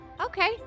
Okay